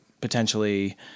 potentially